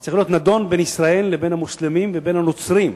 צריך להיות נדון בין ישראל לבין המוסלמים לבין הנוצרים,